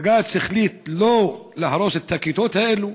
בג"ץ החליט שלא להרוס את הכיתות האלה.